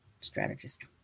strategist